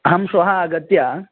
अहं श्वः आगत्य